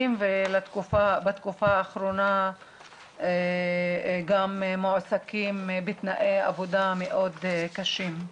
ובתקופה האחרונה גם מועסקים בתנאי עבודה מאוד קשים.